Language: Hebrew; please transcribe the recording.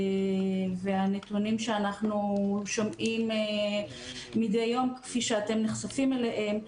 והנתונים שאנחנו שומעים מדי יום כפי שאתם נחשפים אליהם.